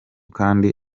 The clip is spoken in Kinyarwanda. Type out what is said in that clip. kandi